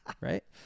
Right